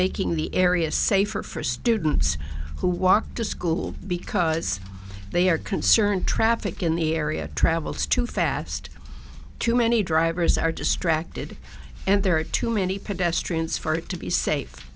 making the area safer for students who walk to school because they are concerned traffic in the area travels too fast too many drivers are distracted and there are too many pedestrians for it to be safe